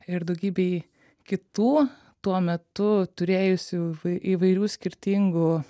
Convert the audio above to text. ir daugybei kitų tuo metu turėjusių įvairių skirtingų